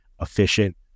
efficient